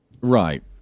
Right